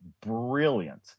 brilliant